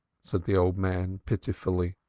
said the old man pitifully,